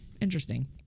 Interesting